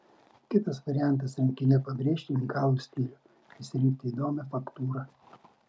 kitas variantas rankine pabrėžti unikalų stilių išsirinkti įdomią faktūrą